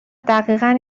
دقیقن